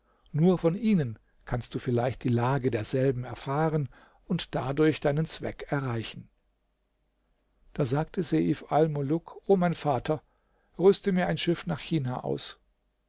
nur von ihnen kannst du vielleicht die lage derselben erfahren und dadurch deinen zweck erreichen da sagte seif almuluk o mein vater rüste mir ein schiff nach china aus